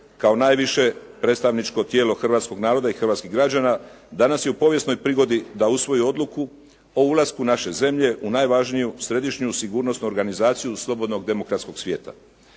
kao najviše predstavničko tijelo hrvatskog naroda i hrvatskih građana danas je u povijesnoj prigodi da usvoji odluku o ulasku naše zemlje u najvažniju, središnju sigurnosnu organizaciju slobodnog demokratskog svijeta.